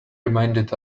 reminded